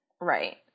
right